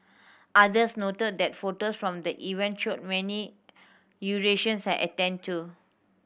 others noted that photos from the event showed many had attended to